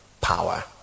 power